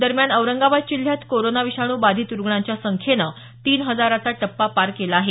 दरम्यान औरंगाबाद जिल्ह्यात कोरोना विषाणू बाधित रुग्णांच्या संख्येनं तीन हजाराचा टप्पा पार केला आहे